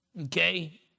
Okay